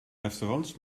restaurants